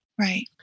right